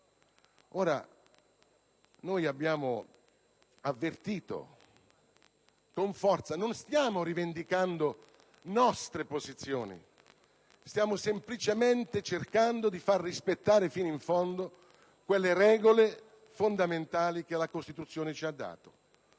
Ora, proprio perché non stiamo rivendicando nostre posizioni ma stiamo semplicemente cercando di fare rispettare fino in fondo le regole fondamentali che la Costituzione ci ha dato,